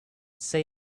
say